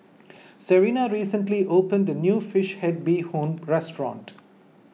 Serina recently opened a new Fish Head Bee Hoon restaurant